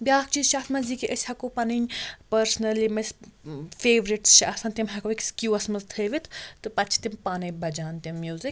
بیٛاکھ چیٖز چھُ اَتھ منٛز یہِ کہِ أسۍ ہیٚکو پَنٕنۍ پٔرسٕنَل یِم اسہِ فیورِٹٕس چھِ آسان تِم ہیٚکو أکِس کیٛووَس منٛز تھٲوِتھ تہٕ پَتہٕ چھِ تِم پانَے بَجان تِم میٛوٗزِک